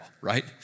right